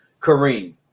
Kareem